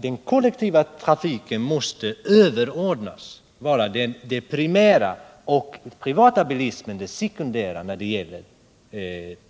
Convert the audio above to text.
Den kollektiva trafiken måste överordnas, vara det primära, och privatbilismen måste bli det sekundära när det gäller